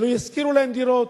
שלא ישכירו להם דירות,